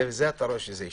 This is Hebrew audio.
זה ישתנה,